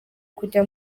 kujya